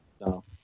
no